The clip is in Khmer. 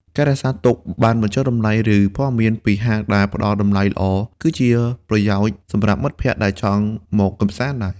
ការរក្សាទុកប័ណ្ណបញ្ចុះតម្លៃ ឬព័ត៌មានពីហាងដែលផ្ដល់តម្លៃល្អ គឺជាប្រយោជន៍សម្រាប់មិត្តភក្តិដែលចង់មកកម្សាន្តដែរ។